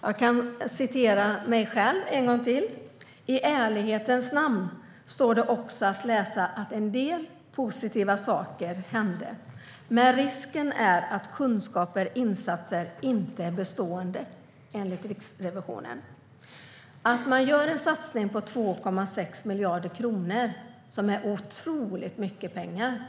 Jag kan referera mig själv en gång till: I ärlighetens namn står det också att läsa att en del positiva saker hände. Men risken är att kunskaper och insatser inte är bestående, enligt Riksrevisionen. Man gör en satsning på 2,6 miljarder kronor, som är otroligt mycket pengar.